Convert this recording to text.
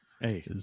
hey